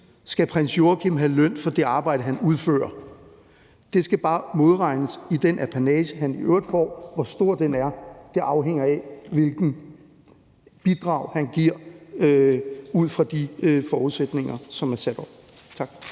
skal have løn for det arbejde, han udfører – det skal bare modregnes i den apanage, han i øvrigt får, og hvor stor den er, afhænger af, hvilket bidrag han yder ud fra de forudsætninger, som er sat op. Kl.